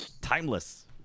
Timeless